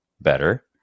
better